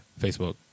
Facebook